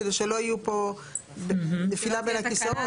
כדי שלא יהיו פה נפילה בין הכיסאות.